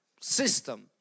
system